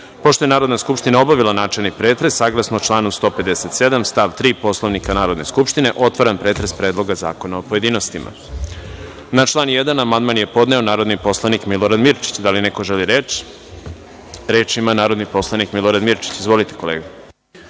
je Narodna skupština obavila načelni pretres, saglasno članu 157. stav 3. Poslovnika Narodne skupštine, otvaram pretres predloga zakona u pojedinostima. Na član 1. amandman je podneo narodni poslanik Milorad Mirčić. Da li neko želi reč? (Da)Reč ima narodni poslanik Milorad Mirčić. Izvolite.